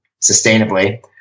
sustainably